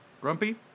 Grumpy